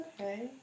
okay